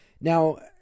Now